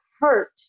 hurt